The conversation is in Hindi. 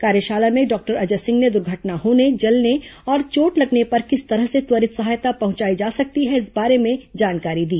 कार्यशाला में डॉक्टर अजय सिंह ने दुर्घटना होने जलने और चोट लगने पर किस तरह से त्वरित सहायता पहुंचाई जा सकती है इस बारे में जानकारी दी